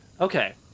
Okay